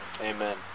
amen